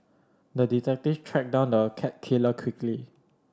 the detective tracked down the cat killer quickly